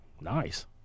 Nice